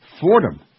Fordham